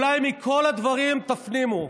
אולי מכל הדברים תפנימו.